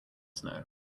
snow